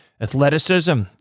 athleticism